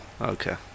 Okay